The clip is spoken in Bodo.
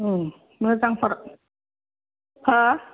मोजां हर हो